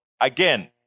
Again